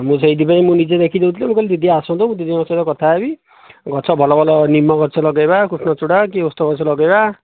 ଆଉ ମୁଁ ସେହିଥିପାଇଁ ମୁଁ ନିଜେ ଦେଖି ଦେଇଥିଲି ମୁଁ କହିଲି ଆଉ ଦିଦି ଆସନ୍ତୁ ଦିଦିଙ୍କ ସହ କଥା ହେବି ଗଛ ଭଲ ଭଲ ନିମ୍ବ ଗଛ ଲଗାଇବା କୃଷ୍ଣଚୂଡ଼ା କି ଓସ୍ତ ଗଛ ଲଗାଇବା